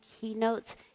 keynotes